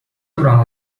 durant